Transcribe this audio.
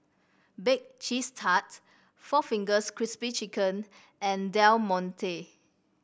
Bake Cheese Tart four Fingers Crispy Chicken and Del Monte